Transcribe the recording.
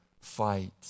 fight